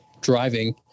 driving